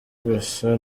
gusa